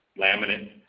laminate